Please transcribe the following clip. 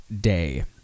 Day